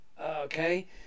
Okay